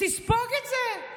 תספוג את זה.